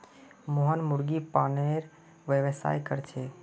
मोहन मुर्गी पालनेर व्यवसाय कर छेक